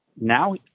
now